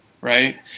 right